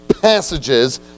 passages